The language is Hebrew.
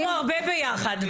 עבדנו הרבה ביחד,